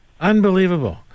Unbelievable